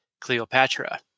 Cleopatra